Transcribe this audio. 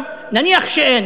נניח שאין,